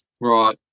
Right